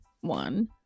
one